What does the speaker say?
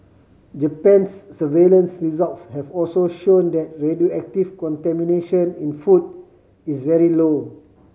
Japan's surveillance results have also shown that radioactive contamination in food is very low